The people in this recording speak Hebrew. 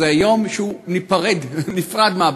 זה היום שהוא נפרד מהבקו"ם,